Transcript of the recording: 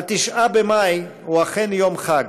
9 במאי הוא אכן יום חג